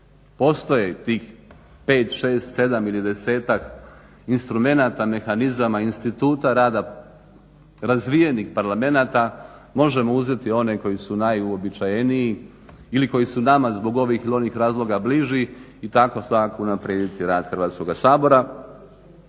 Postoje tih 5, 6, 7 ili 10-ak instrumenata, mehanizama, instituta rada razvijenih parlamenata. Možemo uzeti one koji su najuobičajeniji ili koji su nama zbog ovih ili onih razloga bliži i tako svakako unaprijediti rad Hrvatskoga sabora.